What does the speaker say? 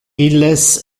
illes